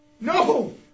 No